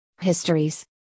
histories